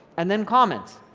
and then comments.